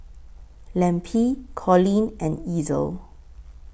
Lempi Colleen and Ezell